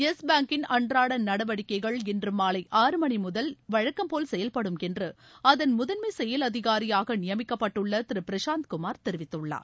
S பேங்க்கின் அன்றாட நடவடிக்கைகள் இன்று மாலை ஆறு மணி முதல் வழக்கல்போல் செயல்படும் என்று அதன் முதன்மை செயல் அதிகாரியாக நியமிக்கப்பட்டுள்ள திரு பிரசாந்த் குமார் தெரிவித்துள்ளார்